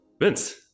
Vince